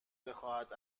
بخواهد